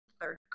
third